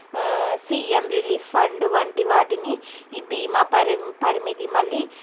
CM relief fund వంటి వాటిని ఈ బీమా పరిమి పరిమితి మళ్ళీ